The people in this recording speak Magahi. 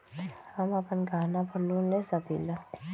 हम अपन गहना पर लोन ले सकील?